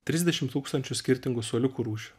trisdešim tūkstančių skirtingų suoliukų rūšių